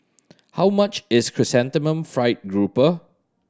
how much is Chrysanthemum Fried Grouper